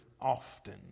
often